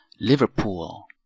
Liverpool